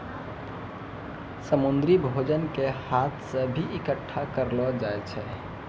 समुन्द्री भोजन के हाथ से भी इकट्ठा करलो जाय छै